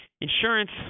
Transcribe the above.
insurance